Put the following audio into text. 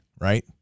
right